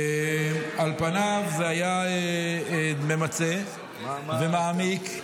על פניו זה היה ממצה ומעמיק.